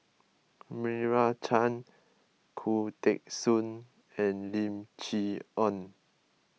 Meira Chand Khoo Teng Soon and Lim Chee Onn